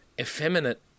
effeminate